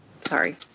Sorry